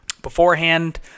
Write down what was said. beforehand